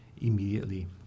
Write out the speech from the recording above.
immediately